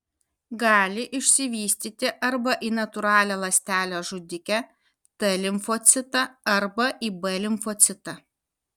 gali išsivystyti arba į natūralią ląstelę žudikę t limfocitą arba į b limfocitą